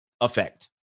effect